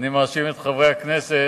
אני מאשים את חברי הכנסת